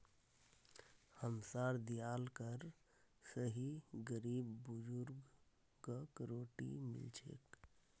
हमसार दियाल कर स ही गरीब बुजुर्गक रोटी मिल छेक